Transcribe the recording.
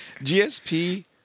GSP